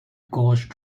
gauge